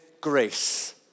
grace